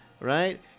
right